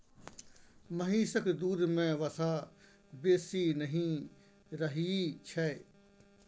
महिषक दूध में वसा बेसी नहि रहइ छै